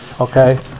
okay